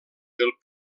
del